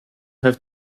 have